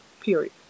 period